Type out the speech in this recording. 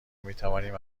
میتوانیم